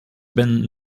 been